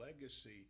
legacy